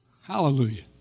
Hallelujah